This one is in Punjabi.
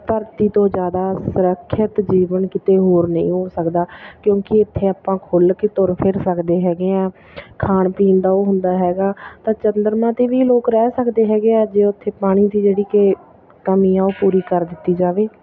ਧਰਤੀ ਤੋਂ ਜ਼ਿਆਦਾ ਸੁਰੱਖਿਅਤ ਜੀਵਨ ਕਿਤੇ ਹੋਰ ਨਹੀਂ ਹੋ ਸਕਦਾ ਕਿਉਂਕਿ ਇੱਥੇ ਆਪਾਂ ਖੁੱਲ੍ਹ ਕੇ ਤੁਰ ਫਿਰ ਸਕਦੇ ਹੈਗੇ ਹਾਂ ਖਾਣ ਪੀਣ ਦਾ ਉਹ ਹੁੰਦਾ ਹੈਗਾ ਤਾਂ ਚੰਦਰਮਾ 'ਤੇ ਵੀ ਲੋਕ ਰਹਿ ਸਕਦੇ ਹੈਗੇ ਆ ਜੇ ਉੱਥੇ ਪਾਣੀ ਦੀ ਜਿਹੜੀ ਕਿ ਕਮੀ ਆ ਉਹ ਪੂਰੀ ਕਰ ਦਿੱਤੀ ਜਾਵੇ